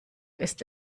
ist